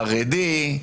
חרדי,